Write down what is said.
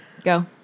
Go